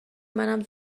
منم